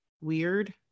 weird